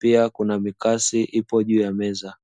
pia kuna mikasi ipo juu ya meza.